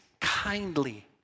kindly